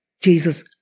Jesus